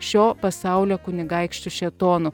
šio pasaulio kunigaikščiu šėtonu